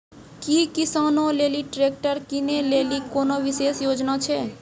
कि किसानो लेली ट्रैक्टर किनै लेली कोनो विशेष योजना छै?